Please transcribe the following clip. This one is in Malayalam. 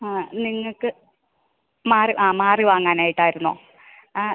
ആ നിങ്ങൾക്ക് മാറി ആ മാറി വാങ്ങാനായിട്ടായിരുന്നോ ആ